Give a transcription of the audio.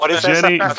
Jenny